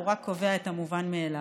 הוא רק קובע את המובן מאליו.